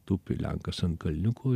tupi lenkas ant kalniuko